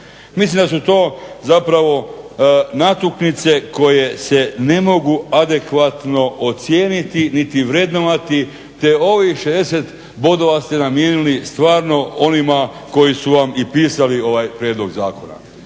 Mislim da su to zapravo natuknice koje se ne mogu adekvatno ocijeniti niti vrednovati te ovih 60 bodova ste namijenili stvarno onima koji su vam i pisali ovaj prijedlog zakona.